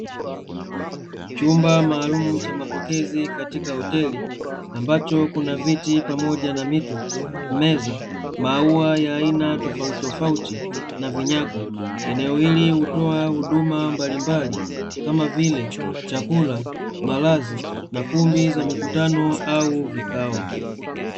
Chumba maalumu cha mapokezi katika hoteli, ambacho kuna viti pamoja na mito, meza, maua ya aina tofautitofauti na vinyago. Eneo hili hutoa huduma mbalimbali kama vile; chakula, malazi na kumbi za mikutano au vikao.